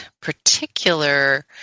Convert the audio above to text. particular